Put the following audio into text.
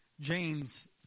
James